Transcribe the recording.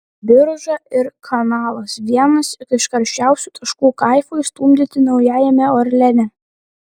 birža ir kanalas vienas karščiausių taškų kaifui stumdyti naujajame orleane